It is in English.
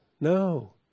No